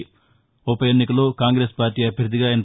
ఆ ఉప ఎన్నికలో కాంగ్రెస్ పార్లీ అభ్యర్ణిగా ఎన్